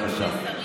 בבקשה.